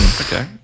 Okay